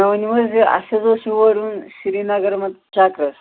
مےٚ ؤنِو حظ یہِ اَسہِ حظ اوس یور یُن سرینگر منٛز چکرس